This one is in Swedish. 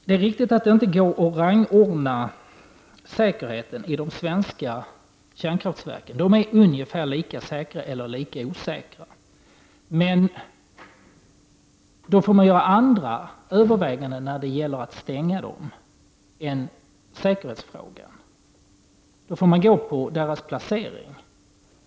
Det är riktigt att det inte går att rangordna säkerheten när det gäller de svenska kärnkraftverken. De är ungefär lika säkra eller lika osäkra. Men då får man göra andra överväganden när det gäller att stänga dem än i fråga om säkerheten. Då får man utgå från deras placering.